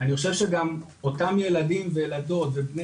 אני חושב שגם אותם ילדים וילדות ובני